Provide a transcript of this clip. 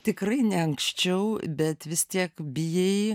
tikrai ne anksčiau bet vis tiek bijai